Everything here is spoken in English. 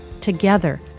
Together